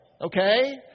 okay